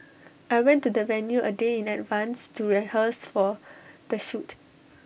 I went to the venue A day in advance to rehearse for the shoot